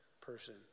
person